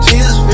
Jesus